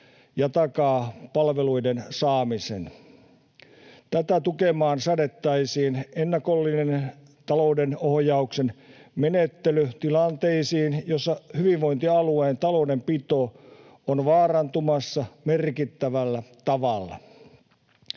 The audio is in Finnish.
takaa palveluiden saamisen. Tätä tukemaan säädettäisiin ennakollinen talouden ohjauksen menettely tilanteisiin, joissa hyvinvointialueen taloudenpito on vaarantumassa merkittävällä tavalla.